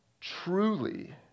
truly